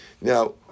Now